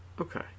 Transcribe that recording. Okay